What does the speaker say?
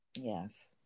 Yes